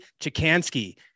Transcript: Chikansky